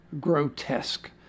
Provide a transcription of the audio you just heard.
grotesque